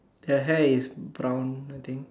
the hair is brown I think